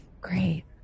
Great